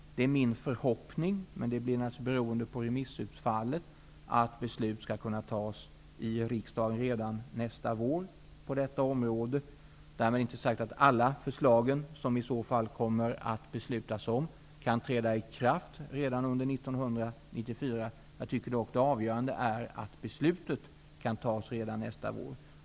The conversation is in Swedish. Det är min förhoppning -- men det blir naturligtvis beroende av remissutfallet -- att beslut skall kunna tas i riksdagen redan nästa år på detta område. Därmed är inte sagt att alla de förslag som det i så fall kommer att beslutas om kan träda i kraft redan under 1994. Jag tycker dock att det avgörande är att beslutet kan tas redan nästa år.